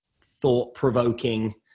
thought-provoking